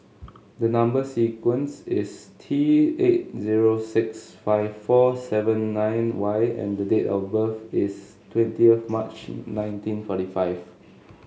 the number sequence is T eight zero six five four seven nine Y and the date of birth is twentieth of March nineteen forty five